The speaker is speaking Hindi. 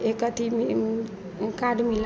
एक अथि में इम कार्ड मिला